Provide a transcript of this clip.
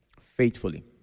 Faithfully